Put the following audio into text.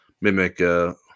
mimic –